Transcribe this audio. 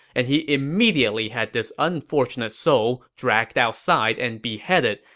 and he immediately had this unfortunate soul dragged outside and beheaded,